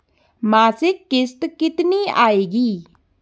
मासिक किश्त कितनी आएगी?